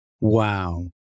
Wow